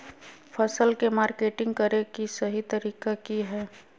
फसल के मार्केटिंग करें कि सही तरीका की हय?